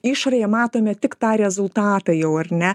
išorėje matome tik tą rezultatą jau ar ne